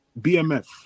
BMF